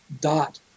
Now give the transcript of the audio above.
dot